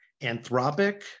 Anthropic